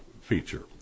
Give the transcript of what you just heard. feature